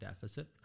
deficit